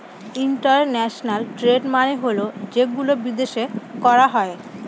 international trade মানে হল যেগুলো বিদেশে করা হয়